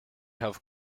have